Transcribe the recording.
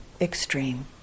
extreme